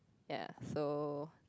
ya so